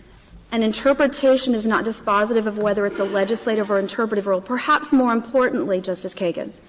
an interpretation is not dispositive of whether it's a legislative or interpretative rule. perhaps more importantly, justice kagan,